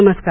नमस्कार